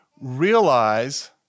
realize